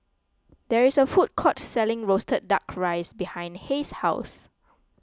there is a food court selling Roasted Duck Rice behind Hays' house